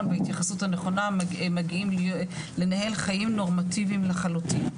וההתייחסות הנכונה מגיעים לנהל חיים נורמטיביים לחלוטין.